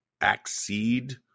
accede